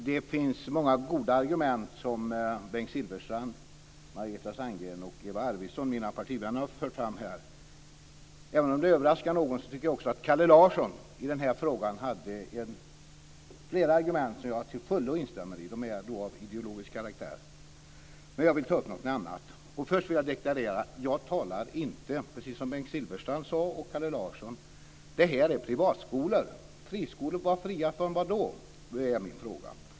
Fru talman! Det är många goda argument som mina partivänner Bengt Silfverstrand, Margareta Sandgren och Eva Arvidsson har fört fram här. Även om det överraskar någon tycker jag också att Kalle Larsson i den här frågan hade flera argument som jag till fullo instämmer i. De är då av ideologisk karaktär. Men jag vill ta upp någonting annat. Först vill jag deklarera att, precis som Bengt Silfverstrand och Kalle Larsson sade, det här är privatskolor. Det talas om friskolor - fria från vad då? blir min fråga.